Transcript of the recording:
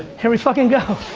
here we fucking go.